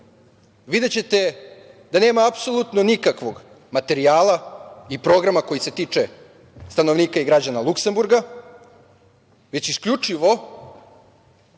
videćete da nema apsolutno nikakvog materijala i programa koji se tiče stanovnika i građana Luksemburga, već isključivo